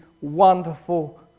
wonderful